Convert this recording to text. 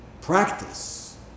practice